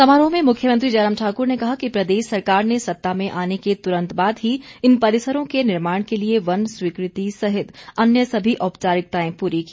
समारोह में मुख्यमंत्री जयराम ठाकुर ने कहा कि प्रदेश सरकार ने सत्ता में आने के तुरंत बाद ही इन परिसरों के निर्माण के लिए वन स्वीकृति सहित अन्य सभी औपचारिकताएं पूरी की